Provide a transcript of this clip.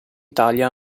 italia